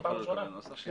לא תוכל לקבל נוסח.